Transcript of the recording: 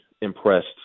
impressed